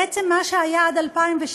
בעצם, מה שהיה עד 2012